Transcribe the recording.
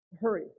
hurry